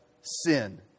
sin